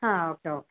ಹಾಂ okay okay